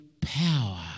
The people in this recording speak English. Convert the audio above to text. power